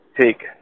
take